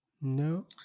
No